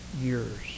years